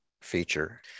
feature